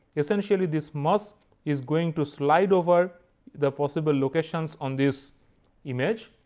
essentially, this mask is going to slide over the possible locations on this image,